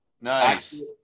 Nice